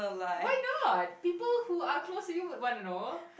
why not people who are close would want to know